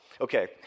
okay